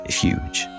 huge